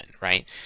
right